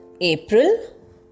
April